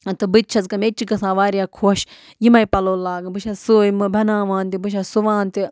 تہٕ بہٕ تہِ چھَس گٔمٕژ مےٚ تہِ چھِ گژھان وارِیاہ خۄش یِمے پَلو لاگٕنۍ بہٕ چھَس سُے بَناوان تہِ بہٕ چھَس سُوان تہِ